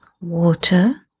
water